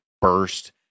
burst